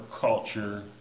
culture